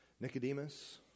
Nicodemus